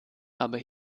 aber